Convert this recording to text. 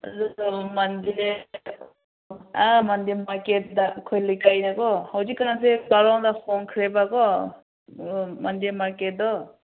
ꯑꯗꯨꯗꯣ ꯃꯟꯗꯦ ꯃꯟꯗꯦ ꯃꯥꯔꯀꯦꯠꯇ ꯑꯩꯈꯣꯏ ꯂꯩꯀꯥꯏꯗ ꯀꯣ ꯍꯣꯖꯤꯛꯀꯥꯟꯁꯦ ꯀꯥꯔꯣꯡꯗ ꯍꯣꯡꯈ꯭ꯔꯦꯕ ꯀꯣ ꯃꯟꯗꯦ ꯃꯥꯔꯀꯦꯠꯇꯣ